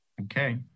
Okay